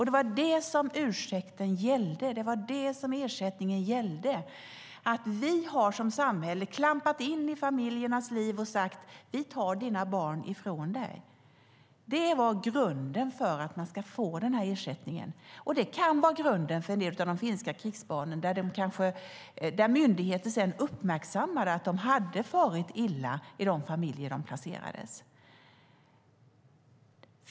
Det var vad ursäkten och ersättningen gällde. Vi har som samhälle klampat in i familjernas liv och sagt: Vi tar dina barn ifrån dig. Det är grunden för att man ska få ersättningen. Det kan vara grunden för en del av de finska krigsbarnen där myndigheter sedan uppmärksammade att de hade farit illa i de familjer där de placerades.